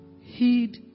heed